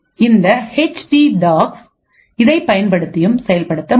இந்த HD docs இதை பயன்படுத்தியும் செயல்படுத்த முடியும்